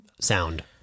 sound